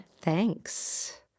Thanks